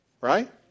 Right